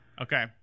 Okay